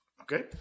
Okay